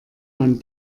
man